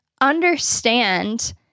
Understand